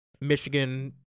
Michigan